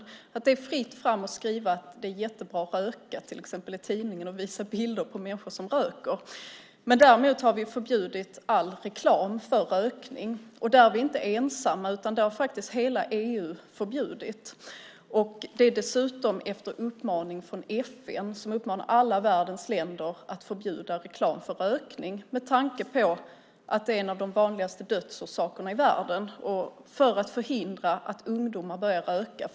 Det är till exempel fritt fram att skriva att det är jättebra att röka eller att visa bilder i tidningen på människor som röker. Däremot har vi förbjudit all reklam för rökning. Där är vi inte ensamma. Det har hela EU förbjudit. Det har dessutom skett efter uppmaning från FN som uppmanar alla världens länder att förbjuda reklam för rökning med tanke på att det är en av de vanligaste dödsorsakerna i världen. Det gäller att förhindra att ungdomar börjar röka.